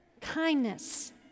kindness